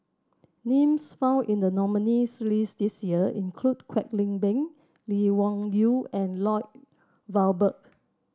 names found in the nominees' list this year include Kwek Leng Beng Lee Wung Yew and Lloyd Valberg